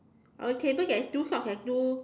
on the table there's two socks and two